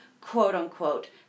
quote-unquote